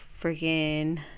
freaking